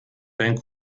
dein